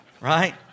right